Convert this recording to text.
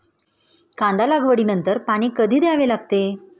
कांदा लागवडी नंतर पाणी कधी द्यावे लागते?